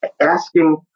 asking